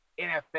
nfl